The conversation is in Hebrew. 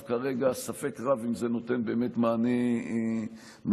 כרגע ספק רב אם זה באמת נותן מענה מלא.